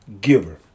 giver